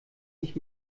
nicht